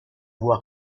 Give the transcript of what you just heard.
voix